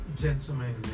gentlemen